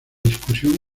discusión